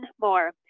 more